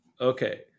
Okay